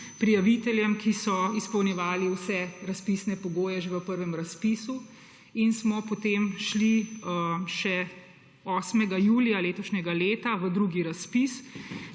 prijaviteljem, ki so izpolnjevali vse razpisne pogoje že v prvem razpisu. Potem smo šli še 8. julija letošnjega leta v drugi razpis,